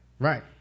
Right